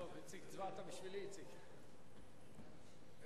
התשע"א 2010, לוועדת הכספים נתקבלה.